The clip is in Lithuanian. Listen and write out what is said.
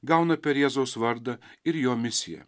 gauna per jėzaus vardą ir jo misiją